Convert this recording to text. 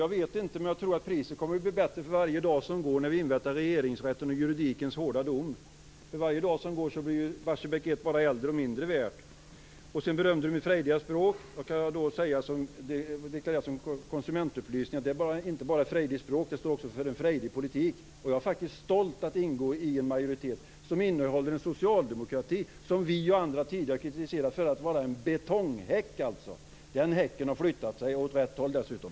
Jag vet inte, men jag tror att priset blir bättre för varje dag som går medan vi inväntar Regeringsrättens och juridikens hårda dom. För varje dag som går blir Barsebäck 1 bara äldre och mindre värt. Inger Strömbom berömde mitt frejdiga språk. Då kan jag som konsumentupplysning säga att jag inte bara har ett frejdigt språk, jag står också för en frejdig politik. Jag är faktiskt stolt över att ingå i en majoritet som innehåller socialdemokrater, som vi och andra kritiserade för att vara en betonghäck. Den häcken har flyttat på sig, åt rätt håll dessutom.